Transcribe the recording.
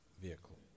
vehicle